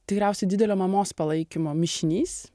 tikriausiai didelio mamos palaikymo mišinys